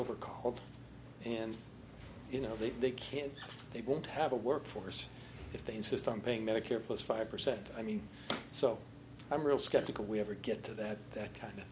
over cold and you know they they can't they won't have a workforce if they insist on paying medicare plus five percent i mean so i'm real skeptical we ever get to that that kind of